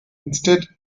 instead